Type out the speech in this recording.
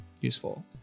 useful